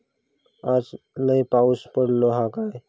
आज लय पाऊस पडतलो हा काय?